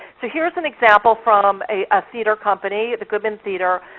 so here's an example from a ah theatre company, the goodman theatre,